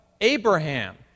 Abraham